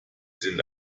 sind